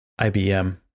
IBM